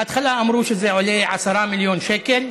בהתחלה אמרו שזה עולה 10 מיליון שקל,